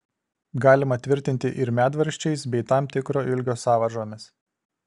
galima tvirtinti ir medvaržčiais bei tam tikro ilgio sąvaržomis